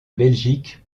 belgique